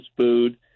food